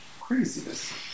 craziness